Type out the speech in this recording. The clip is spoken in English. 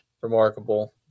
remarkable